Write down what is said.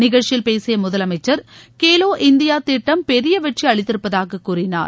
நிகழ்ச்சியில் பேசிய முதலமைச்சா் கேலோ இந்தியா திட்டம் பெரிய வெற்றி அளித்திருப்பதாக கூறினார்